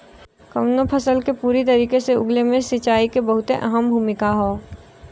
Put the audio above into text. कउनो फसल के पूरी तरीके से उगले मे सिंचाई के बहुते अहम भूमिका हौ